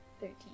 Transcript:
Thirteen